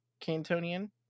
Cantonian